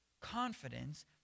confidence